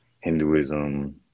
Hinduism